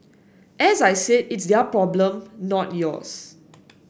as I said it's their problem not yours